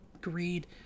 greed